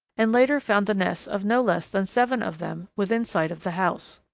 and later found the nests of no less than seven of them within sight of the house.